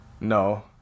no